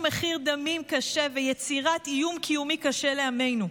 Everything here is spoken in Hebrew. מחיר דמים קשה ויצירת איום קיומי קשה לעמנו.